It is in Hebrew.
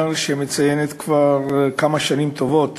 שנים טובות